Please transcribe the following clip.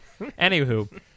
Anywho